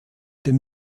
dem